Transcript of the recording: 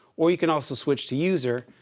or you can also switch to user,